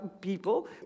people